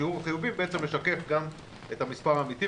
שיעור החיוביים בעצם משקף גם את המס' האמיתי,